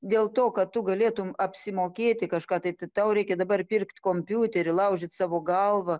dėl to kad tu galėtum apsimokėti kažką tai tau reikia dabar pirkt kompiuterį laužyt savo galvą